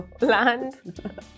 land